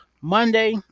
Monday